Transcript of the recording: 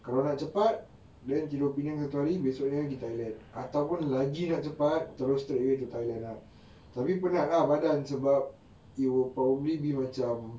kalau nak cepat then tidur penang satu hari esok kita pergi thailand ataupun lagi nak cepat terus to thailand ah tapi penat ah badan sebab it will probably be macam